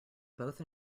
both